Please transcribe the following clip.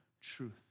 truth